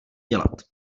dělat